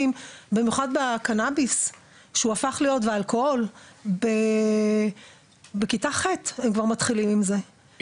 במיוחד בקנאביס ואלכוהול שכבר בכיתה ח' מתחילים עם זה.